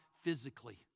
physically